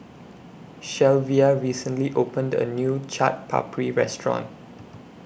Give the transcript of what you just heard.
Shelvia recently opened A New Chaat Papri Restaurant